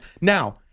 Now